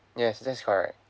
yes that's correct